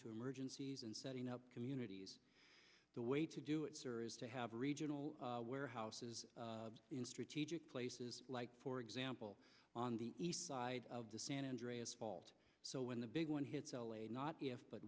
to emergencies and setting up communities the way to do it sir is to have regional warehouses in strategic places like for example on the east side of the san andreas fault so when the big one hits l a not if but